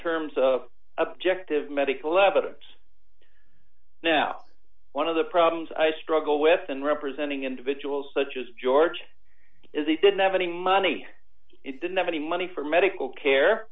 terms of objective medical evidence now one of the problems i struggle with and representing individuals such as george is he didn't have any money didn't have any money for medical care